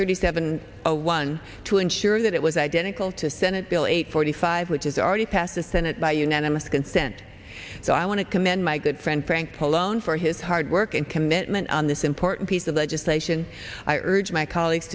thirty seven zero one to ensure that it was identical to senate bill eight forty five which is already passed the senate by unanimous consent so i want to commend my good friend frank pallone for his hard work and commitment on this important piece of legislation i urge my colleagues